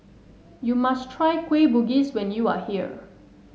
you must try Kueh Bugis when you are here